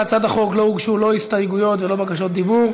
להצעת החוק לא הוגשו לא הסתייגויות ולא בקשות דיבור,